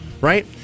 right